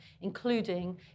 including